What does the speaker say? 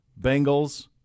Bengals –